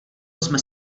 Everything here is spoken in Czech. jsme